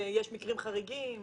יש מקרים חריגים?